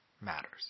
matters